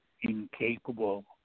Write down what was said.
incapable